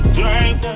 drink